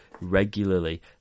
regularly